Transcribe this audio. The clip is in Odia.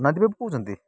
ଅନାଦି ବାବୁ କହୁଛନ୍ତି